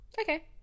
Okay